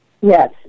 Yes